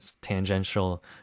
tangential